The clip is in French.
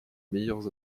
meilleurs